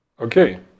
Okay